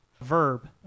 Verb